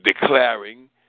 declaring